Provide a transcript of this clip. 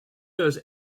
does